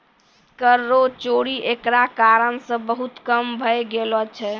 कर रो चोरी एकरा कारण से बहुत कम भै गेलो छै